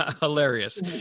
hilarious